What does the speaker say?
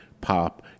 pop